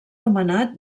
nomenat